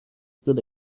still